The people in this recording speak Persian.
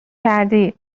کردی